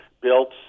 built